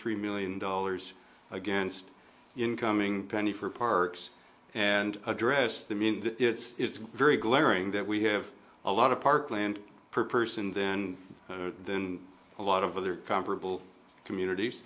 three million dollars against incoming penny for parks and address the means it's very glaring that we have a lot of parkland per person then then a lot of other comparable communities